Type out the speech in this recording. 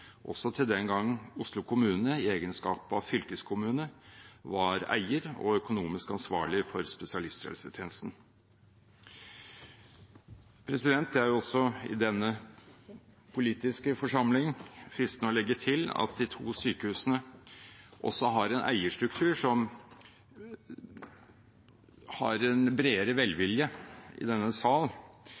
også tilbake til den gang da Oslo kommune, i egenskap av å være fylkeskommune, var eier og økonomisk ansvarlig for spesialisthelsetjenesten. Det er i denne politiske forsamlingen også fristende å legge til at de to sykehusene har en eierstruktur som har en bredere velvilje i denne